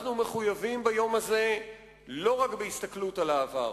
אנחנו מחויבים ביום הזה לא רק בהסתכלות אל העבר,